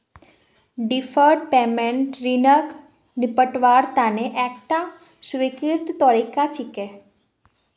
deferred payment ऋणक निपटव्वार तने एकता स्वीकृत तरीका छिके